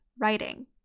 writing